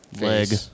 leg